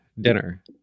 dinner